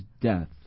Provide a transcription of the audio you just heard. death